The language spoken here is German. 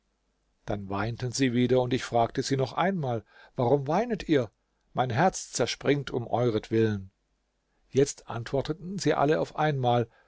dann weinten sie wieder und ich fragte sie noch einmal warum weinet ihr mein herz zerspringt um euretwillen jetzt antworteten sie alle auf einmal